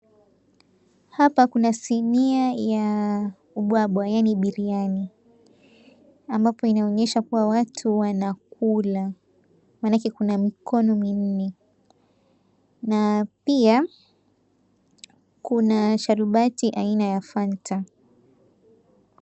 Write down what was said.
Hapa kuna sinia ya ubwabwa yaani biryani, ambapo inaonyesha kuwa watu wanakula maanake kuna mikono minne na pia kuna sharubati aina ya Fanta.